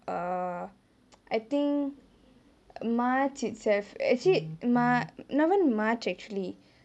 err I think march itself actually mar~ not even march actually